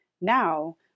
Now